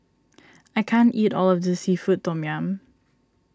I can't eat all of this Seafood Tom Yum